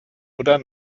oder